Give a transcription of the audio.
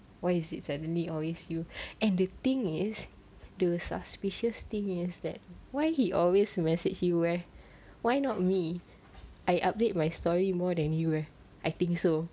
why is it suddenly always you and the thing is the suspicious thing is that why he always message you eh why not me I update my story more than you eh I think so